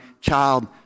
child